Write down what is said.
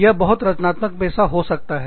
यह बहुत रचनात्मक पेशा हो सकता है